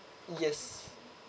yes